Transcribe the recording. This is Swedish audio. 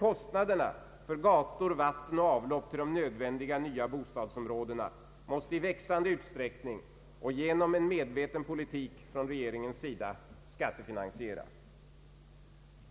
Kostnaderna för gator, vatten och avlopp till de nödvändiga nya bostadsområdena måste i växande utsträckning, på grund av en medveten politik från regeringens sida, skattefinansieras.